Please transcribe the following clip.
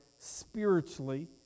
spiritually